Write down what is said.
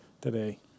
today